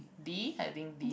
D I think D